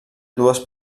dues